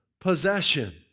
possession